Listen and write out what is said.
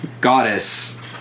goddess